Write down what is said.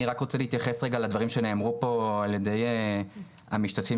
אני מלווה מסוף דצמבר אב לילד בן 17 וחצי,